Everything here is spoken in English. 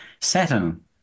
Saturn